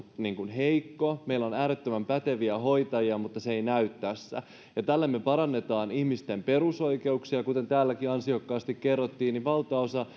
heikko meillä on äärettömän päteviä hoitajia mutta se ei näy tällä me parannamme ihmisten perusoikeuksia kuten täälläkin ansiokkaasti kerrottiin valtaosa